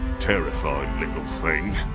terrified little thing.